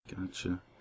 Gotcha